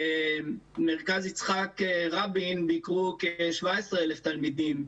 במרכז יצחק רבין ביקרו כ-17,000 תלמידים.